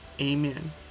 Amen